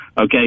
Okay